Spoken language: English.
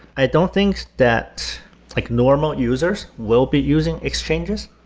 i don't think that like normal users will be using exchanges.